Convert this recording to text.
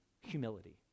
humility